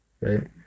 right